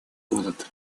голод